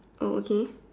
oh okay